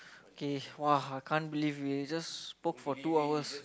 K !wah! I can't believe we just spoke for two hours